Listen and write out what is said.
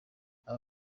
aba